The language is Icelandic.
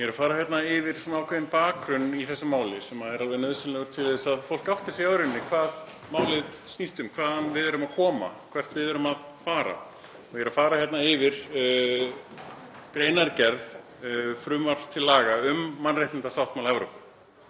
Ég er að fara hérna yfir ákveðinn bakgrunn í þessu máli sem er alveg nauðsynlegur til að fólk átti sig á hvað málið snýst um, hvaðan við erum að koma, hvert við erum að fara. Ég er að fara yfir greinargerð með frumvarpi til laga um mannréttindasáttmála Evrópu